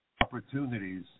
opportunities